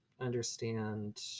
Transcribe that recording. understand